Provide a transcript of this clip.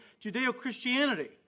Judeo-Christianity